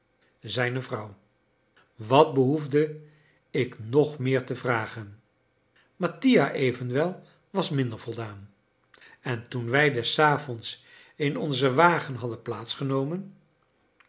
zijne vrouw wat behoefde ik nog meer te vragen mattia evenwel was minder voldaan en toen wij des avonds in onzen wagen hadden